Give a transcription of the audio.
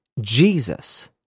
Jesus